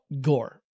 gore